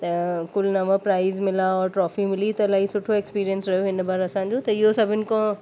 त कुलनामा प्राइज मिला ट्रॉफी मिली त इलाही सुठो एक्सपीरियंस रहियो इन बार असांजो त इहो सभिनि खां